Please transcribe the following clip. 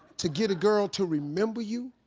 to get a girl to remember you?